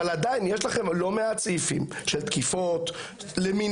אבל עדיין יש לכם לא מעט סעיפים של תקיפות למיניהם,